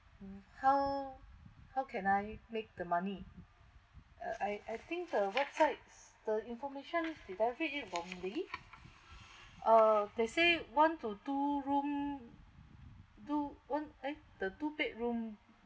mm how how can I make the money uh I I think the website's the information without it wrongly uh they say one to two room two one eh the two bedroom